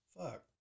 Fuck